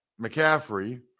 McCaffrey